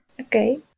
okay